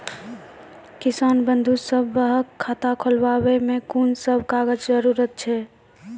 किसान बंधु सभहक खाता खोलाबै मे कून सभ कागजक जरूरत छै?